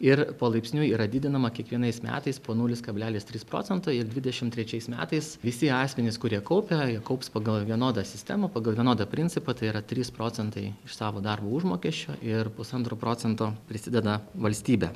ir palaipsniui yra didinama kiekvienais metais po nulis kablelis tris procento ir dvidešim trečiais metais visi asmenys kurie kaupia jie kaups pagal vienodą sistemą pagal vienodą principą tai yra trys procentai iš savo darbo užmokesčio ir pusantro procento prisideda valstybė